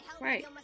right